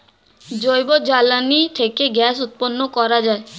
জৈব জ্বালানি থেকে গ্যাস উৎপন্ন করা যায়